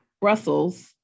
brussels